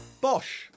Bosch